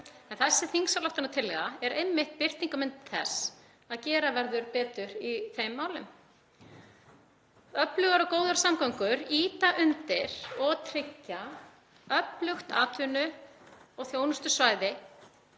þessi þingsályktunartillaga er einmitt birtingarmynd þess að gera verður betur í þeim málum. Öflugar og góðar samgöngur ýta undir og tryggja öflugt atvinnu- og þjónustusvæði